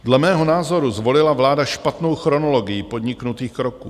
Dle mého názoru zvolila vláda špatnou chronologii podniknutých kroků.